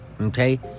Okay